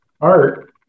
art